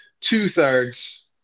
two-thirds